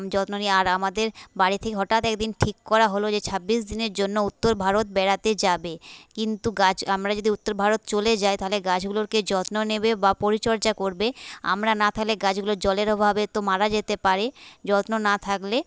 যত্ন নিই আর আমাদের বাড়িতে হঠাৎ একদিন ঠিক করা হলো যে ছাব্বিশ দিনের জন্য উত্তর ভারত বেড়াতে যাবে কিন্তু গাছ আমরা যদি উত্তর ভারত চলে যাই তাহলে গাছগুলোর কে যত্ন নেবে বা পরিচর্যা করবে আমরা না থাকলে গাছগুলো জলের অভাবে তো মারা যেতে পারে যত্ন না থাকলে